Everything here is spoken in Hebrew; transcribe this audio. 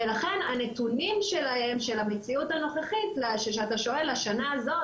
ולכן הנתונים שלהם של המציאות הנוכחית שאתה שואל לשנה הזו,